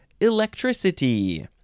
electricity